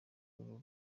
uru